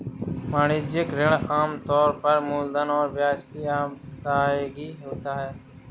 वाणिज्यिक ऋण आम तौर पर मूलधन और ब्याज की अदायगी होता है